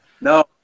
no